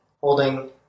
holding